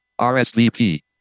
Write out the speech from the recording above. RSVP